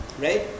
right